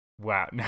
Wow